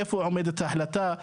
איפה עומדת ההחלטה?